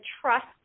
trust